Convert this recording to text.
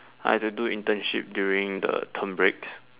I have to do internship during the term breaks